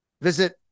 Visit